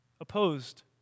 opposed